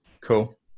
Cool